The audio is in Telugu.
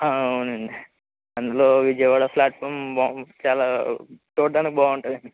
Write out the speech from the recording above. అవునండి అందులో విజయవాడ ప్లాట్ఫారం బావు చాలా చూడటానికి బాగుంటుంది అండి